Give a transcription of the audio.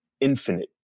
infinite